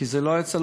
כי זה לא יצא,